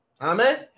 Amen